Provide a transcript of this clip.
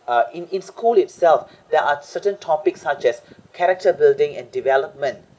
uh in in school itself there are certain topics such as character building and development